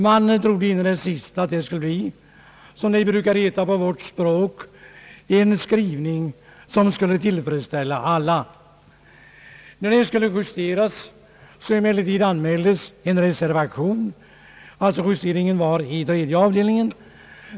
Man trodde in i det sista att det skulle bli — som det brukar heta på vårt språk — en skrivning som skulle tillfredsställa alla. När utlåtandet skulle justeras på tredje avdelningen förelåg emellertid en reservation.